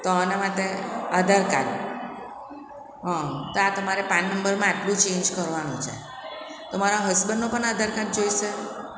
તો આના માટે આધાર કાર્ડ હા તો આ તમારે પાન નંબરમાં આટલું ચેંજ કરવાનું છે તો મારા હસબન્ડનો પણ આધાર કાર્ડ જોઈશે